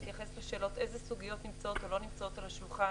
ולהתייחס לשאלות איזה סוגיות נמצאות או לא נמצאות על השולחן